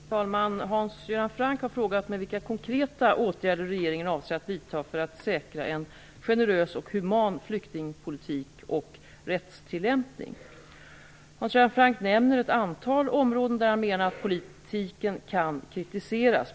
Fru talman! Hans Göran Franck har frågat mig vilka konkreta åtgärder regeringen avser att vidta för att säkra en generös och human flyktingpolitik och rättstillämpning. Hans Göran Franck nämner ett antal områden där han menar att politiken kan kritiseras.